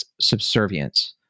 subservience